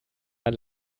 der